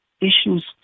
issues